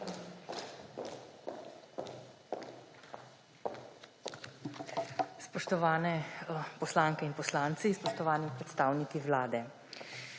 Spoštovane poslanke in poslanci, spoštovani predstavniki Vlade!